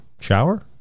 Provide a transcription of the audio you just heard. shower